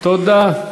תודה.